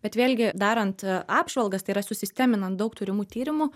bet vėlgi darant apžvalgas tai yra susisteminant daug turimų tyrimų